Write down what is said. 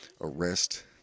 arrest